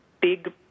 big